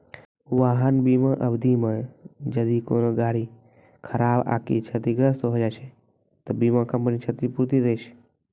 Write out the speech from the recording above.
वाहन बीमा अवधि मे जदि कोनो गाड़ी खराब आकि क्षतिग्रस्त होय जाय छै त बीमा कंपनी क्षतिपूर्ति दै छै